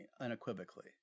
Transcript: unequivocally